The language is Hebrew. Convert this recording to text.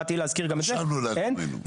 רשמנו לעצמנו.